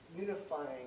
unifying